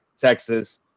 Texas